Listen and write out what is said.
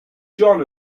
john